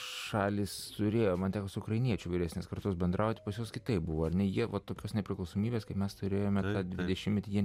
šalys suremontavus ukrainiečių vyresnės kartos bendrauti pas jus kitaip buvo ar ne ieva tokios nepriklausomybės kaip mes turėjome nedidelį šiemet jie